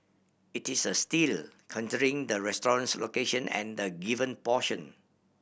it is a steal the restaurant's location and the given portion